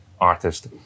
artist